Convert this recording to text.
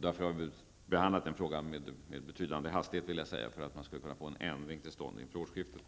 Jag skulle vilja säga att vi har behandlat frågan med en betydande hastighet för att få en ändring till stånd inför årsskiftet.